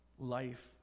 Life